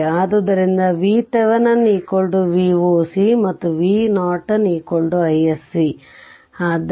ಆದ್ದರಿಂದ VThevenin Voc ಮತ್ತು iNorton i s c